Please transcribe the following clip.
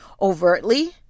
overtly